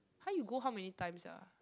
ah you go how many times sia